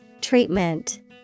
Treatment